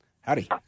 Howdy